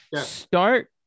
Start